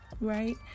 right